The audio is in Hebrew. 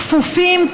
כפופים,